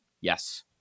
Yes